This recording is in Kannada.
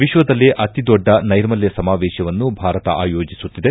ವಿಶ್ವದಲ್ಲೇ ಅತಿದೊಡ್ಡ ನೈರ್ಮಲ್ಯ ಸಮಾವೇಶವನ್ನು ಭಾರತ ಆಯೋಜಿಸುತ್ತಿದೆ